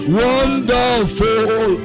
wonderful